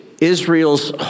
Israel's